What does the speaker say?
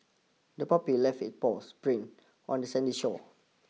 the puppy left its paws print on the sandy shore